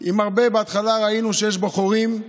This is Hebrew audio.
עם הרבה, ראינו בהתחלה שיש בו חורים,